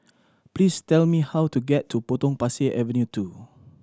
please tell me how to get to Potong Pasir Avenue Two